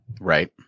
right